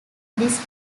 this